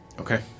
Okay